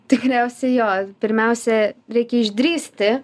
tikriausia jo pirmiausia reikia išdrįsti